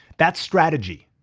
that's strategy.